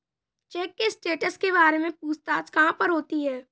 Check के status के बारे में पूछताछ कहाँ पर होती है?